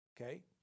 okay